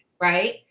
Right